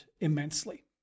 immensely